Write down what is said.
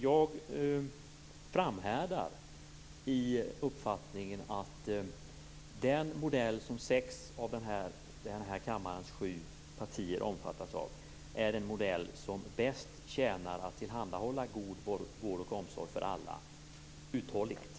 Jag framhärdar i uppfattningen att den modell som sex av kammarens sju partier omfattar är den modell som bäst tjänar att uthålligt tillhandahålla god vård och omsorg för alla, Sten Svensson.